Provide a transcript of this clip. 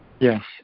Yes